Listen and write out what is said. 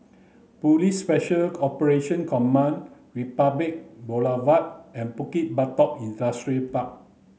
Police Special Operation Command Republic Boulevard and Bukit Batok Industrial